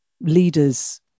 leaders